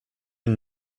une